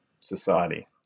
society